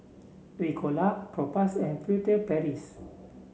Ricola Propass and Furtere Paris